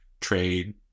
trade